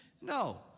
no